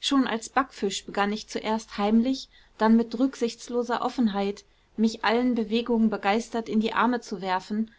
schon als backfisch begann ich zuerst heimlich dann mit rücksichtsloser offenheit mich allen bewegungen begeistert in die arme zu werfen